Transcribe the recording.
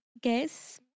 guess